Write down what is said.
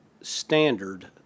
Standard